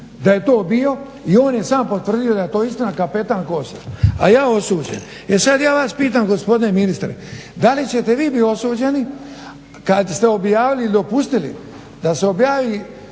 da je to bio i on je sam potvrdio da je to istina, kapetan KOS-a, a ja osuđen. E sada ja vas pitam gospodine ministre, da li ćete vi biti osuđeni kada ste objavili i dopustili da se objavi